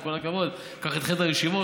עם כל הכבוד קח את חדר הישיבות,